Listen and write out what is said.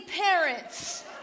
parents